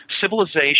civilization